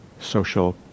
social